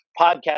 podcast